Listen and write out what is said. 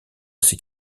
ces